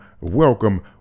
welcome